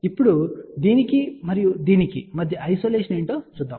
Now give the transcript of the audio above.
ఇప్పుడు దీనికి మరియు దీనికి మధ్య ఐసోలేషన్ ఏమిటో చూద్దాం